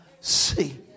see